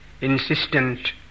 insistent